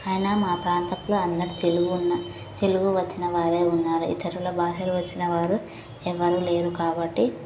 అయినా మా ప్రాంతంలో అందరూ తెలివి ఉన్న తెలుగు వచ్చిన వారే ఉన్నారు ఇతరుల భాషలు వచ్చిన వారు ఎవరూ లేరు కాబట్టి